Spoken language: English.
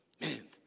man